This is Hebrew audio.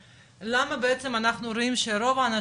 למה בעצם אנחנו רואים שרוב האנשים,